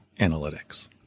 Analytics